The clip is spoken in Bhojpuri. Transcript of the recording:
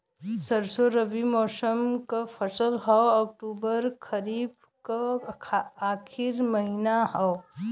सरसो रबी मौसम क फसल हव अक्टूबर खरीफ क आखिर महीना हव